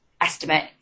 estimate